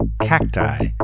Cacti